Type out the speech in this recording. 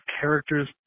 characters